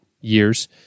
years